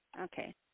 okay